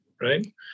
right